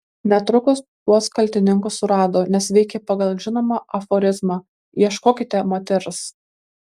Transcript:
netrukus tuos kaltininkus surado nes veikė pagal žinomą aforizmą ieškokite moters